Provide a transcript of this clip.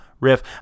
riff